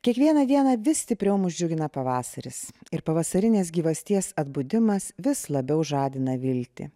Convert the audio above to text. kiekvieną dieną vis stipriau mus džiugina pavasaris ir pavasarinės gyvasties atbudimas vis labiau žadina viltį